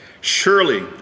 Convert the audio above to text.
Surely